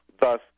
Thus